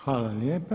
Hvala lijepa.